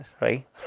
right